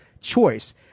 choice